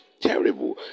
terrible